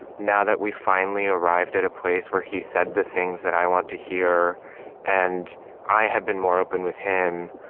now that we finally arrived at a place where he's said the things that i want to hear and i have been more open with him,